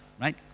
right